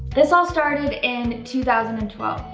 this all started in two thousand and twelve.